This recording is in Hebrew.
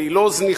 והיא לא זניחה,